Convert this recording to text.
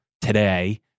today